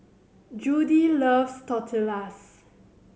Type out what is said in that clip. Judie loves Tortillas